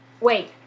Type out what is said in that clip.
Wait